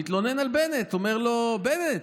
מתלונן על בנט, אומר לו: בנט,